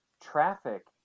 traffic